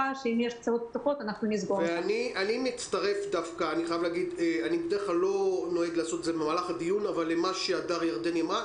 אני מצטרף למה שהדר ירדני אמרה.